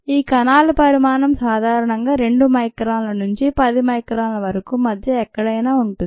ఈ కణాల పరిమాణం సాధారణంగా 2 మైక్రాన్ల నుంచి 10 మైక్రాన్ల వరకు మధ్య ఎక్కడైనా ఉంటుంది